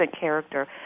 character